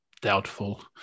Doubtful